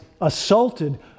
assaulted